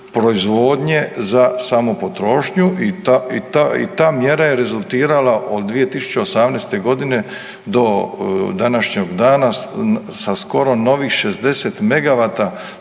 proizvodnje sa samopotrošnju i ta mjera je rezultirala od 2018. godine do današnjeg dana sa skoro novih 60 megavata